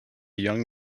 young